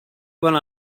went